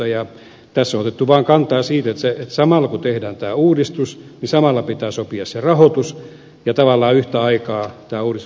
tässä on otettu vaan kantaa siitä että samalla kun tehdään tämä uudistus pitää sopia se rahoitus ja tavallaan yhtä aikaa tämä uudistus viedä eteenpäin